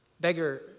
beggar